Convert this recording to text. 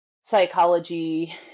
psychology